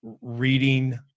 reading